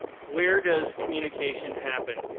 where does communication happen?